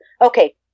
okay